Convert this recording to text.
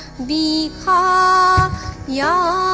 me da yeah